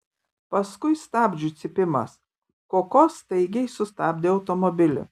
paskui stabdžių cypimas koko staigiai sustabdė automobilį